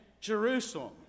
Jerusalem